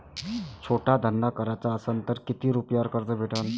छोटा धंदा कराचा असन तर किती रुप्यावर कर्ज भेटन?